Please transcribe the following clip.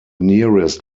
nearest